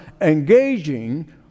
engaging